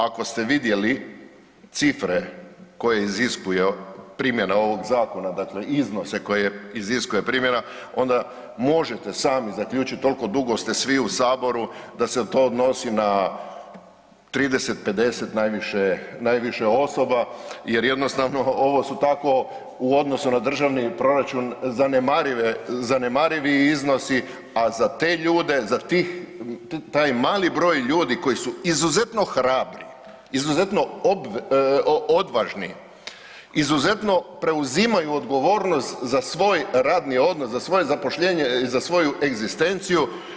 A ako ste vidjeli cifre koje iziskuje primjena ovog zakona, dakle iznose koje iziskuje primjena onda možete sami zaključiti, toliko dugo ste svi u Saboru da se to odnosi na 30, 50 najviše osoba jer jednostavno ovo su tako u odnosu na državni proračun zanemarivi iznosi, a za te ljude, za taj mali broj ljudi koji su izuzetno hrabri, izuzetno odvažni, izuzetno preuzimaju odgovornost za svoj radni odnos, za svoje zaposlenje, za svoju egzistenciju.